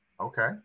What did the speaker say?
Okay